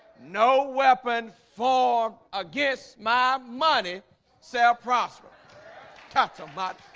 no weapon for against my money sell prosper talk too much